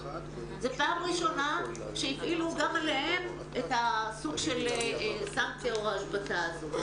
זאת פעם ראשונה שהפעילו גם עליהם את סוג הסנקציה או ההשבתה הזאת.